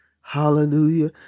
hallelujah